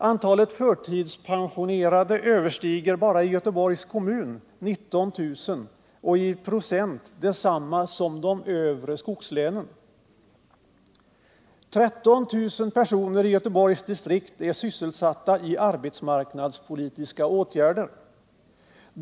Antalet förtidspensionerade överstiger bara i Göteborgs kommun 19 000 och är i procent detsamma som i de övre Norrlandslänen.